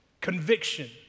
conviction